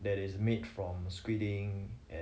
that is made from squid ink and